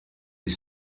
ich